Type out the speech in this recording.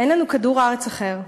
אין לנו כדור-ארץ אחר.